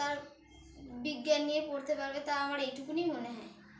তার বিজ্ঞান নিয়ে পড়তে পারবে তা আমার এইটুকুনি মনে হয়